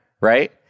right